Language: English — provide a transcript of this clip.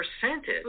percentage